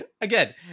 again